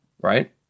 right